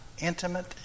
intimate